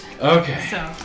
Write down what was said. Okay